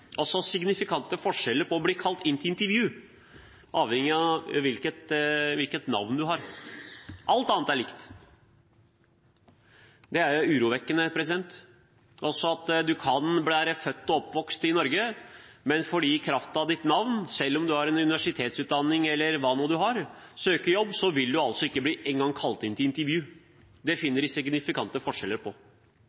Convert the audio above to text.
altså det ikke etnisk norske navnet, på søknaden. Alt annet var likt. Signifikante forskjeller på å bli kalt inn til intervju avhenger altså av hvilket navn du har. Alt annet er likt. Det er urovekkende. Du kan være født og oppvokst i Norge, men i kraft av ditt navn vil du, selv om du har en universitetsutdanning eller hva du nå har, når du søker jobb, ikke engang bli kalt inn til intervju.